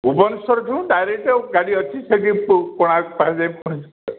ଭୂବେନେଶ୍ଵର ଠୁ ଡାଇରେକ୍ଟ ଗାଡ଼ି ଅଛି ସେଠି କୋଣାର୍କ ପାଖରେ ଯାଇ ପହଁଞ୍ଚି ଯିବେ